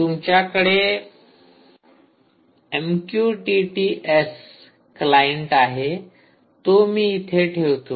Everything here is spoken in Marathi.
तुमच्याकडे एमक्यूटीटी एस क्लाईंट आहे तो मी इथे ठेवतो